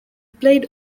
played